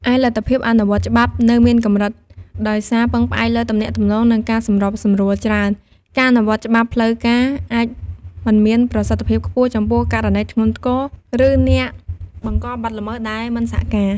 ឯលទ្ធភាពអនុវត្តច្បាប់នៅមានកម្រិត ដោយសារពឹងផ្អែកលើទំនាក់ទំនង និងការសម្របសម្រួលច្រើន ការអនុវត្តច្បាប់ផ្លូវការ អាចមិនមានប្រសិទ្ធភាពខ្ពស់ចំពោះករណីធ្ងន់ធ្ងរ ឬអ្នកបង្កបទល្មើសដែលមិនសហការ។